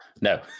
No